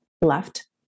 left